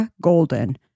Golden